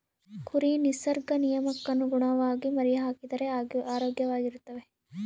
ಕುರಿ ನಿಸರ್ಗ ನಿಯಮಕ್ಕನುಗುಣವಾಗಿ ಮರಿಹಾಕಿದರೆ ಆರೋಗ್ಯವಾಗಿರ್ತವೆ